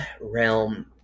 realm